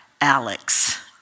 Alex